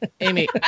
Amy